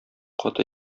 каты